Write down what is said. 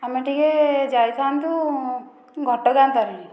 ଆମେ ଟିକେ ଯାଇଥାନ୍ତୁ ଘଟଗାଁ ତାରିଣୀ